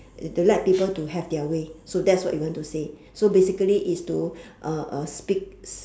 to let people to have their way so that's what you want to say so basically is to uh uh speak